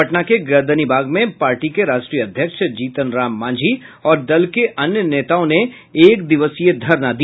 पटना के गर्दनीबाग में पार्टी के राष्ट्रीय अध्यक्ष जीतन राम मांझी और दल के अन्य नेताओं ने एक दिवसीय धरना दिया